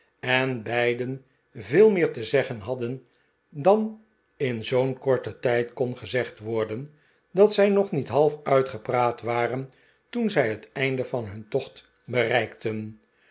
en belden veel meeir te zeggen hadden dan in zoo'n korten tijd kon gezegd worden dat zij nog niet half uitgepraat waren toen zij het einde van hun tocht bereikten